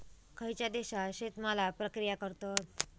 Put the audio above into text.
खयच्या देशात शेतमालावर प्रक्रिया करतत?